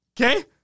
Okay